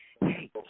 hey